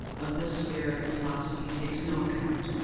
of this spirit philosophy takes no account.